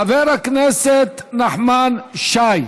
חבר הכנסת נחמן שי,